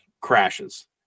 crashes